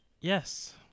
Yes